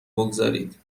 بگذارید